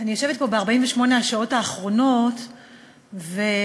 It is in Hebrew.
אני יושבת פה ב-48 השעות האחרונות ורצים,